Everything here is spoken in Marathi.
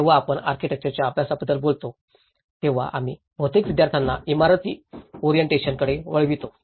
जेव्हा आपण आर्किटेक्चरच्या अभ्यासाबद्दल बोलतो तेव्हा आम्ही बहुतेक विद्यार्थ्यांना इमारत ओरिएंटेशन कडे वळवतो